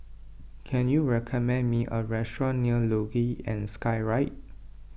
can you recommend me a restaurant near Luge and Skyride